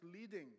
leading